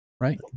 right